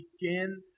begin